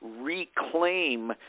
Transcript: reclaim